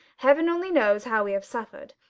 heaven only knows how we have suffered.